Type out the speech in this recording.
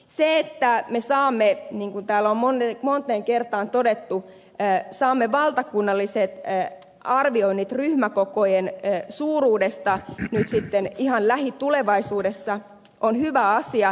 se että me saamme niin kuin täällä on moneen kertaan todettu valtakunnalliset arvioinnit ryhmäkokojen suuruudesta nyt ihan lähitulevaisuudessa on hyvä asia